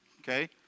okay